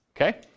Okay